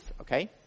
okay